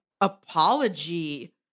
apology